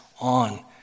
on